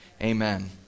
amen